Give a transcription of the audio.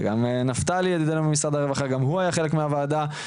וגם נפתלי ידידנו ממשרד הרווחה היה גם חלק מהוועדה,